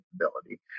capability